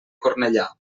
cornellà